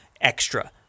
extra